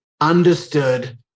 understood